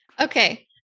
Okay